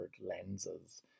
lenses